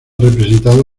representado